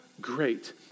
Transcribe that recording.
great